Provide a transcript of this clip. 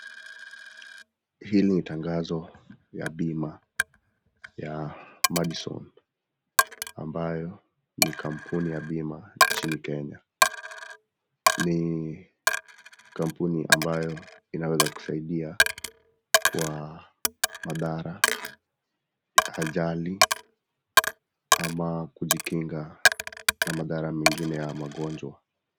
Hii ni tangazo ya bima ya Madison, amabyo ni kampuni ya bima nchini Kenya. Ni kampuni ambayo inaweza kusaidia kwa madhara, ajali ama kujikinga na madhara mengine ya magonjwa.